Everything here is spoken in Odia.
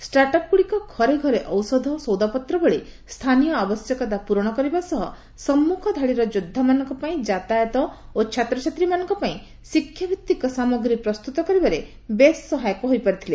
ଷ୍ଟାର୍ଟଅପ୍ଗୁଡିକ ଘରେ ଘରେ ଔଷଧ ସଉଦାପତ୍ର ଭଳି ସ୍ଥାନୀୟ ଆବଶ୍ୟକତା ପୂରଣ କରିବା ସହ ସମ୍ମୁଖ ଧାଡ଼ିର ଯୋଦ୍ଧାମାନଙ୍କ ପାଇଁ ଯାତାୟାତ ଓ ଛାତ୍ରଛାତ୍ରୀମାନଙ୍କ ପାଇଁ ଶିକ୍ଷାଭିତ୍ତିକ ସାମଗ୍ରୀ ପ୍ରସ୍ତୁତ କରିବାରେ ବେଶ୍ ସହାୟକ ହୋଇପାରିଥିଲେ